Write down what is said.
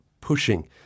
pushing